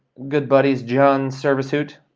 good buddies, john servicehoot.